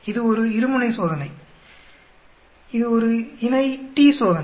இது ஒரு இருமுனை சோதனை இது ஒரு இணை t சோதனை